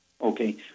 Okay